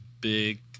big